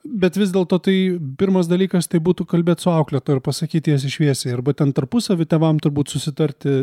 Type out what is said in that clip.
bet vis dėlto tai pirmas dalykas tai būtų kalbėt su auklėtoja ir pasakyt tiesiai šviesiai arba ten tarpusavy tėvam turbūt susitarti